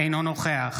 אינו נוכח